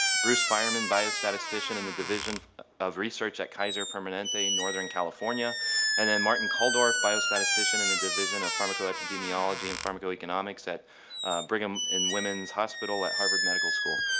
bruce fireman biostatistician in the division of research at kaiser permanente and northern california and then martin kulldorff biostatistician in the division of pharmacoepidemiology and pharmacoeconomics at brigham and women's hospital at harvard medical school.